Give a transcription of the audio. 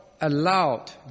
allowed